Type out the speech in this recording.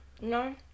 No